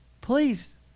Please